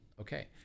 Okay